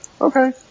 okay